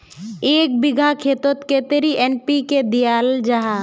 एक बिगहा खेतोत कतेरी एन.पी.के दियाल जहा?